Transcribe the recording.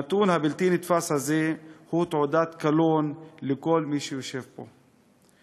הנתון הבלתי-נתפס הזה הוא אות קלון לכל מי שיושב פה.